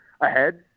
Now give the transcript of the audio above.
ahead